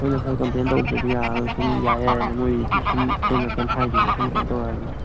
ꯑꯩꯈꯣꯏꯅ ꯈꯔ ꯀꯝꯄ꯭ꯂꯦꯟ ꯇꯧꯗ꯭ꯔꯗꯤ ꯌꯥꯔꯔꯣꯏ ꯁꯨꯝ ꯌꯥꯏ ꯌꯥꯏꯑꯅ ꯃꯣꯏꯁꯤꯗꯤ ꯁꯨꯝ ꯑꯩꯈꯣꯏꯅ ꯀꯩꯝ ꯍꯥꯏꯗꯦꯅ ꯁꯨꯝ ꯀꯩꯅꯣ ꯇꯧꯔꯛꯑꯗꯤ